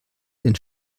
den